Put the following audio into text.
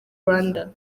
rwanda